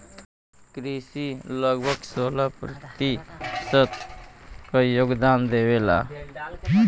कृषि लगभग सोलह प्रतिशत क योगदान देवेला